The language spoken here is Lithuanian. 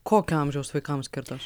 kokio amžiaus vaikams skirtos